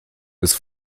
ist